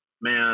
man